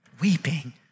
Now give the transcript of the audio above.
weeping